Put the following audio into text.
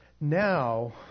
now